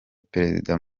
perezida